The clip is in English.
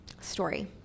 Story